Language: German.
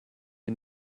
mir